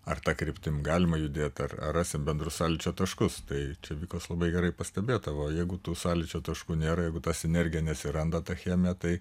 ar ta kryptim galima judėt ar ar rasim bendrus sąlyčio taškus tai čia vikos labai gerai pastebėta va jeigu tų sąlyčio taškų nėra jeigu ta sinergija neatsiranda ta chemija tai